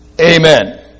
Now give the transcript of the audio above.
Amen